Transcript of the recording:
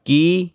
ਕੀ